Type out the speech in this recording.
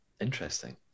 interesting